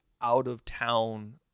out-of-town